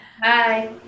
bye